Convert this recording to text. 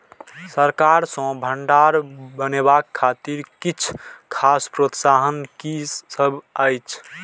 सरकार सँ भण्डार बनेवाक खातिर किछ खास प्रोत्साहन कि सब अइछ?